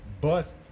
bust